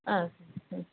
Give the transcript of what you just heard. ஆ சரி